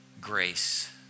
grace